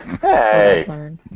Hey